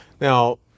Now